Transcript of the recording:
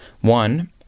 One